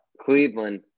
Cleveland